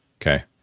Okay